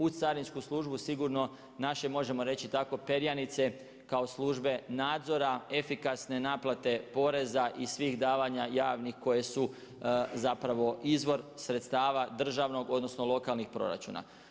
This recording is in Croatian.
U Carinsku službu sigurno naše možemo reći tako perjanice kao službe nadzora, efikasne naplate poreza i svih davanja javnih koje su zapravo izvor sredstava državnog, odnosno lokalnih proračuna.